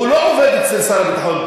הוא לא עובד אצל שר הביטחון.